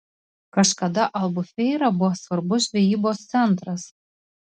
kažkada albufeira buvo svarbus žvejybos centras